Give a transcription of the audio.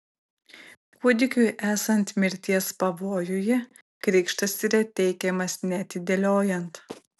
kūdikiui esant mirties pavojuje krikštas yra teikiamas neatidėliojant